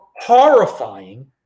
horrifying